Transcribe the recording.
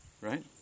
right